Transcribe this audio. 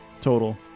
total